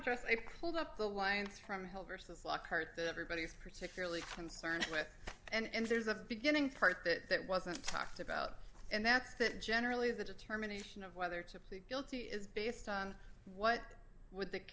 address they pulled up the alliance from hell versus lockhart that everybody is particularly concerned with and there's a beginning part that that wasn't talked about and that's that generally the determination of whether to plead guilty is based on what would that